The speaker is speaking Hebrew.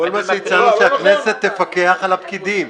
כל מה שהצענו שהכנסת תפקח על הפקידים.